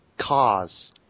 cause